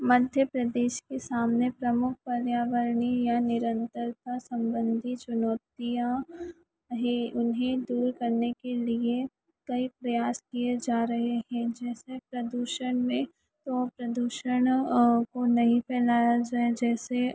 मध्यप्रदेश के सामने प्रमुख पर्यावरणीय या निरंतरता सम्बन्धी चुनौतियाँ रही उन्हें दूर करने के लिए कई प्रयास किए जा रहे हैं जैसे प्रदूषण में और प्रदूषण और को नहीं फैलाया जाए जैसे